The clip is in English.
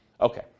Okay